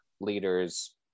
leader's